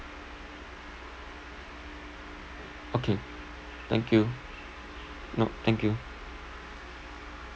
okay thank you no thank you